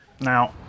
now